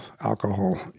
alcohol